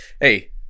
hey